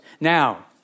Now